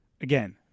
Again